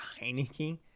Heineke